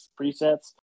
presets